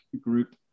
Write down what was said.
group